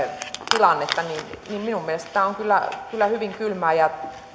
tilannetta on kyllä kyllä hyvin kylmää